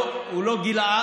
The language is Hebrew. הוא גַּלעד,